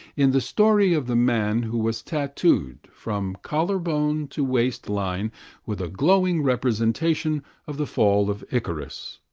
in the story of the man who was tattooed from collar-bone to waist-line with a glowing representation of the fall of icarus,